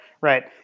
right